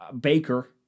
baker